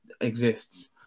exists